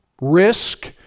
risk